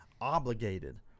obligated